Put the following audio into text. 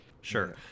sure